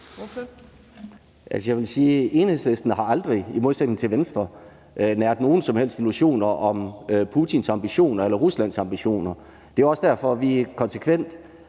Enhedslisten aldrig – i modsætning til Venstre – har næret nogen som helst illusioner om Putins ambition eller Ruslands ambitioner. Det er jo også derfor, at vi konsekvent